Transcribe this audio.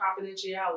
confidentiality